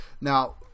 Now